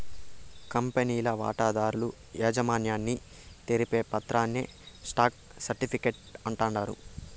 కంపెనీల వాటాదారుల యాజమాన్యాన్ని తెలిపే పత్రాని స్టాక్ సర్టిఫీకేట్ అంటాండారు